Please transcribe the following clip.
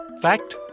Fact